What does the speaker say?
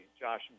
Josh